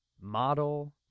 model